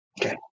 Okay